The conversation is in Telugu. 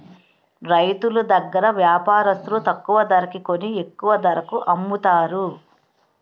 రైతులు దగ్గర వ్యాపారస్తులు తక్కువ ధరకి కొని ఎక్కువ ధరకు అమ్ముతారు